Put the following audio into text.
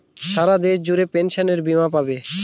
সারা দেশ জুড়ে পেনসনের বীমা পাবে